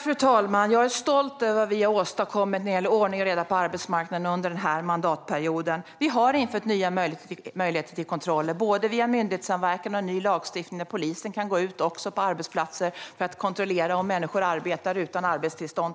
Fru talman! Jag är stolt över vad vi har åstadkommit under den här mandatperioden när det gäller ordning och reda på arbetsmarknaden. Vi har infört nya möjligheter till kontroller via både myndighetssamverkan och en ny lagstiftning som gör att polisen kan gå ut på arbetsplatser för att kontrollera till exempel om människor arbetar utan arbetstillstånd.